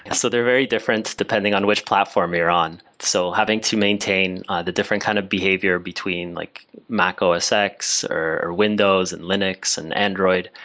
and so they're very different depending on which platform you're on. so having to maintain the different kind of behavior between like mac os x, or windows and linux and android,